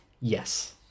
Yes